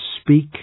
speak